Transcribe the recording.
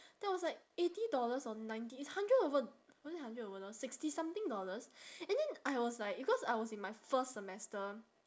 that was like eighty dollars or ninety it's hundred over was it hundred over doll~ sixty something dollars and then I was like because I was in my first semester